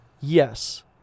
Yes